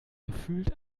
gefühlt